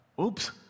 oops